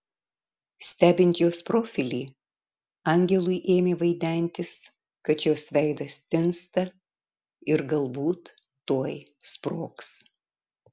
stebint jos profilį angelui ėmė vaidentis kad jos veidas tinsta ir galbūt tuoj sprogs